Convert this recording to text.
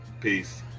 Peace